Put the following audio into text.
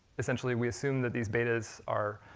essentially we assume that these betas are,